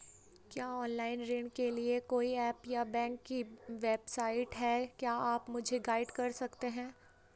क्या ऑनलाइन ऋण के लिए कोई ऐप या बैंक की वेबसाइट है क्या आप मुझे गाइड कर सकते हैं?